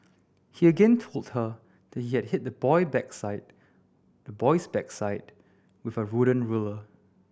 he again told her that he had hit the boy backside the boy's backside with a wooden ruler